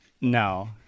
No